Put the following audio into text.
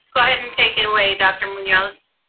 go ahead and take it away, dr. munoz.